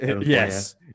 Yes